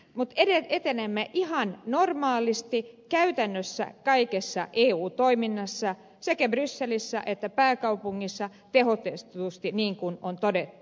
mä eli etenemme ihan normaalisti kuten kaikessa käytännön eu toiminnassa sekä brysselissä että pääkaupungissa tehostetusti niin kuin on todettu